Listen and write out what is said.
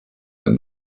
that